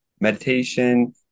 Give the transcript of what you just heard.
meditation